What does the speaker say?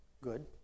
Good